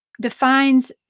defines